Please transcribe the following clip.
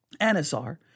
Anasar